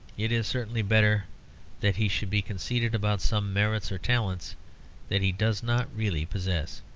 it is certainly better that he should be conceited about some merits or talents that he does not really possess.